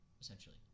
essentially